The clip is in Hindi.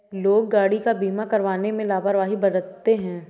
लोग गाड़ी का बीमा करवाने में लापरवाही बरतते हैं